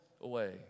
away